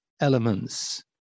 elements